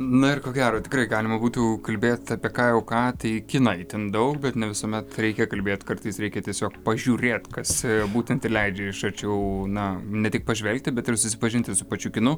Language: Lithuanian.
na ir ko gero tikrai galima būtų kalbėt apie ką jau ką tai kiną itin daug bet ne visuomet reikia kalbėt kartais reikia tiesiog pažiūrėti kas būtent ir leidžia iš arčiau na ne tik pažvelgti bet ir susipažinti su pačiu kinu